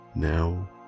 now